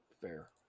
Fair